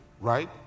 right